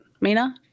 mina